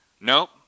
Nope